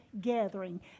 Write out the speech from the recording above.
gathering